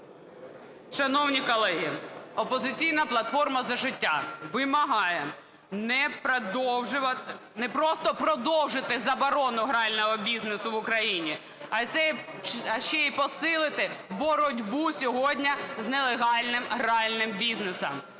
Шановні колеги, "Опозиційна платформа - За життя" вимагає не продовжувати... не просто продовжити заборону грального бізнесу в Україні, а ще й посилити боротьбу сьогодні з нелегальним гральним бізнесом.